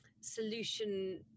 solution